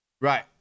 Right